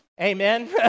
Amen